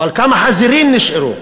אבל כמה חזירים נשארו?